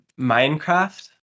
Minecraft